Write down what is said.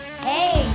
Hey